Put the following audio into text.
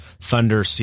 Thunder